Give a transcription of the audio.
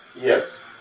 Yes